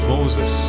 Moses